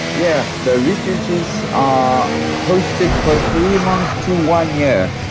yeah the refugees are hosted for three months to one year.